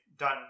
done